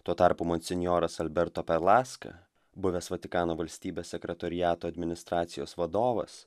tuo tarpu monsinjoras alberto pelaska buvęs vatikano valstybės sekretoriato administracijos vadovas